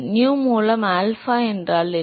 நு மூலம் ஆல்பா என்றால் என்ன